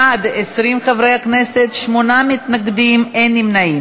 בעד, 20 חברי הכנסת, שמונה מתנגדים, אין נמנעים.